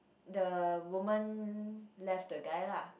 the women left the guy lah